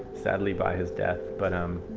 sadly, by his death, but um